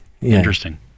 interesting